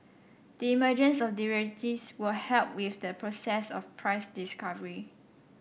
the emergence of derivatives will help with the process of price discovery